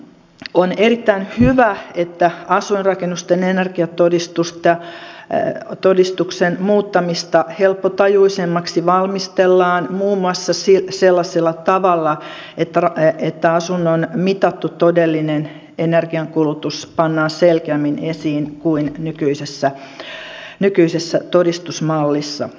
on erittäin hyvä että asuinrakennusten energiatodistuksen muuttamista helppotajuisemmaksi valmistellaan muun muassa sellaisella tavalla että asunnon mitattu todellinen energiankulutus pannaan selkeämmin esiin kuin nykyisessä todistusmallissa